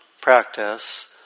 practice